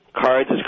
Cards